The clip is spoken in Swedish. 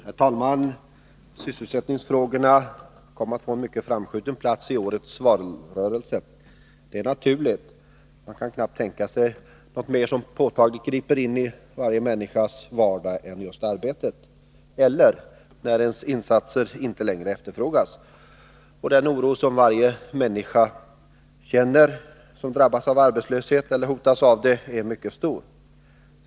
Herr talman! Sysselsättningsfrågorna kom att få en mycket framskjuten Fredagen den plats i årets valrörelse. Det är naturligt. Man kan knappast tänka sig något 17 december 1982 som mer påtagligt griper in i människans vardag än just arbetet eller att ens insatser inte längre efterfrågas. Den oro som varje människa som drabbats = Särskilda sysseleller hotas av arbetslöshet känner är mycket stor.